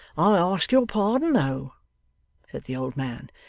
i ask your pardon though said the old man,